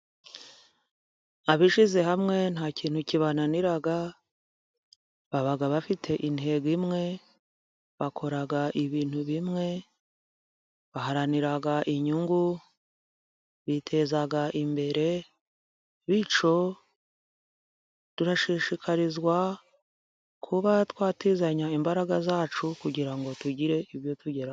Abishyize hamwe nta kintu kibananira, baba bafite intego imwe, bakora ibintu bimwe, baharanira inyungu, biteza imbere, bityo turashishikarizwa kuba twatizanya imbaraga zacu, kugira ngo tugire ibyo tugeraho.